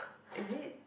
is it